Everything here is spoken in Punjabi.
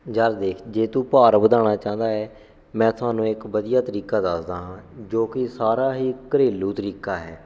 ਯਾਰ ਦੇਖ ਜੇ ਤੂੰ ਭਾਰ ਵਧਾਉਣਾ ਚਾਹੁੰਦਾ ਹੈ ਮੈਂ ਤੁਹਾਨੂੰ ਇੱਕ ਵਧੀਆ ਤਰੀਕਾ ਦੱਸਦਾ ਹਾਂ ਜੋ ਕਿ ਸਾਰਾ ਹੀ ਘਰੇਲੂ ਤਰੀਕਾ ਹੈ